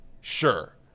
Sure